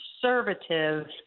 conservative